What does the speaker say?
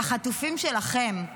"החטופים שלכם".